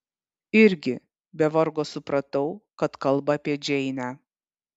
irgi be vargo supratau kad kalba apie džeinę